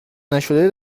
نشده